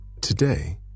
Today